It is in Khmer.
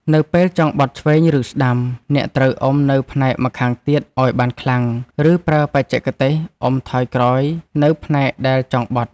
នៅពេលចង់បត់ឆ្វេង ឬស្ដាំ អ្នកត្រូវអុំនៅផ្នែកម្ខាងទៀតឱ្យបានខ្លាំង ឬប្រើបច្ចេកទេសអុំថយក្រោយនៅផ្នែកដែលចង់បត់។